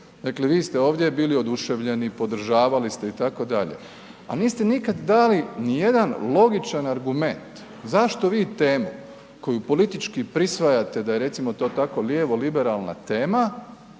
Dakle, vi ste ovdje bili oduševljeni, podržavali ste itd., a niste nikad dali ni jedan logičan argument zašto vi temu koju politički prisvajate da je recimo to tako lijevo liberalna tema